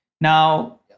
now